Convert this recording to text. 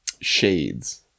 Shades